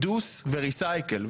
Reduce ו-Recycle.